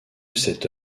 cette